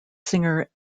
singer